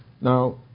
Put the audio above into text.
Now